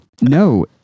No